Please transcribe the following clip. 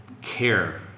care